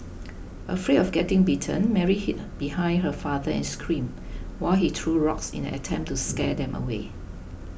afraid of getting bitten Mary hid behind her father and screamed while he threw rocks in an attempt to scare them away